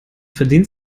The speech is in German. verdient